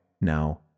now